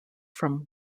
from